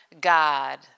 God